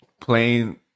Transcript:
playing